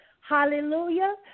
Hallelujah